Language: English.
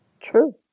True